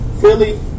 Philly